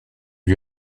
lui